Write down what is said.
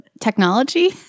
technology